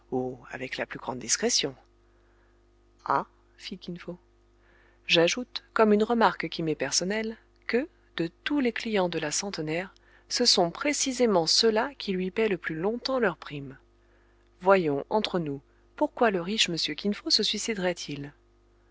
avec la plus grande discrétion ah fit kin fo j'ajoute comme une remarque qui m'est personnelle que de tous les clients de la centenaire ce sont précisément ceux-là qui lui paient le plus longtemps leur prime voyons entre nous pourquoi le riche monsieur kin fo se